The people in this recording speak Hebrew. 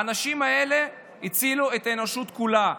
האנשים האלה הצילו את האנושות כולה.